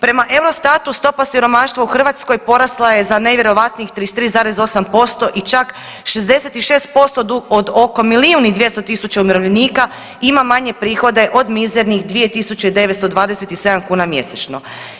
Prema Eurostatu stopa siromaštva u Hrvatskoj porasla je za nevjerojatnih 33,8% i čak 66% od oko milijun i 200 tisuća umirovljenika ima manje prihode od mizernih 2.927 kuna mjesečno.